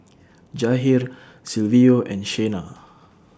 Jahir Silvio and Shena